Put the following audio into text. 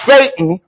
Satan